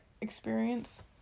experience